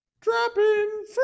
Dropping